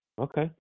Okay